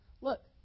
Look